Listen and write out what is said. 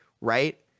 right